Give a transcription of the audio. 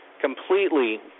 completely